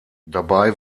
dabei